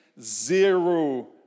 zero